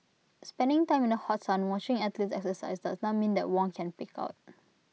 spending time in the hot sun watching athletes exercise does not mean that Wong can pig out